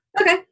Okay